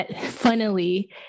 funnily